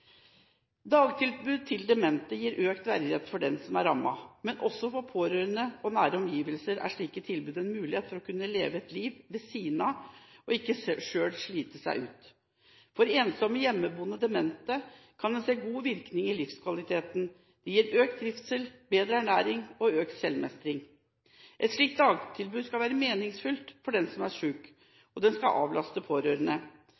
Dagtilbud til demente gir økt verdighet for dem som er rammet, men også for pårørende og nære omgivelser er slike tilbud en mulighet for å kunne leve et liv ved siden av og ikke slite seg ut. For ensomme, hjemmeboende demente kan en se god virkning i livskvaliteten. Det gir økt trivsel, bedre ernæring og økt selvmestring. Et slikt dagtilbud skal være meningsfullt for den som er syk, og det skal avlaste pårørende.